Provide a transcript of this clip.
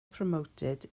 promoted